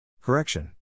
Correction